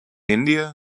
india